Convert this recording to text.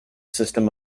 system